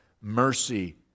mercy